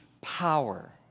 power